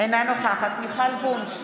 אינה נוכחת מיכל וונש,